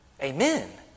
Amen